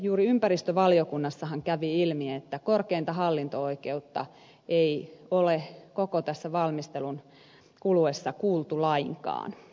juuri ympäristövaliokunnassahan kävi ilmi että korkeinta hallinto oikeutta ei ole koko tässä valmistelun kuluessa kuultu lainkaan